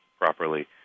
properly